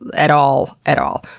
at all, at all.